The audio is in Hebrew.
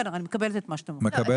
אני מקבלת את מה שאתם אומרים.